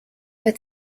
der